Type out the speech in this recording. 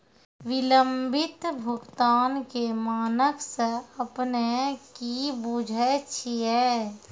विलंबित भुगतान के मानक से अपने कि बुझै छिए?